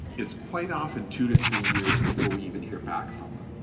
it's quite often two to three years before we even hear back from them,